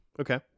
Okay